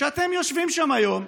שאתם יושבים שם היום,